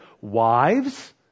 wives